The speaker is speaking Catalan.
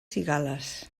cigales